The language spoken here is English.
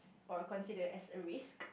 or consider as a risk